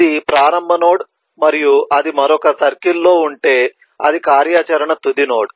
ఇది ప్రారంభ నోడ్ మరియు అది మరొక సర్కిల్ లో ఉంటే అది కార్యాచరణ తుది నోడ్